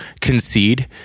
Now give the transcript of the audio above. concede